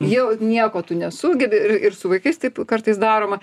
jau nieko tu nesugebi ir ir su vaikais taip kartais daroma